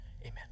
amen